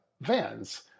vans